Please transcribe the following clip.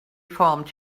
formed